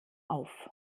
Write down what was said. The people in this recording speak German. auf